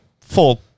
full-